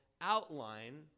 outline